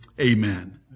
Amen